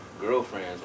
girlfriends